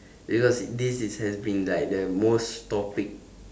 because this is has been like the most topic